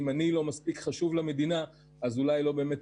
גנים טובים שהשקיעו מאוד אלפי שקלים ולא עברו את